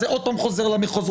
זה עוד פעם חוזר למחוזות.